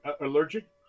allergic